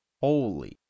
Holy